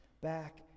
back